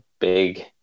big